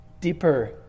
deeper